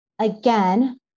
Again